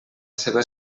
seva